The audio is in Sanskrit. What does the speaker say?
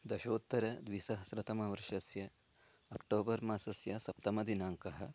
दशोत्तरद्विसहस्रतमवर्षस्य अक्टोबर् मासस्य सप्तमदिनाङ्कः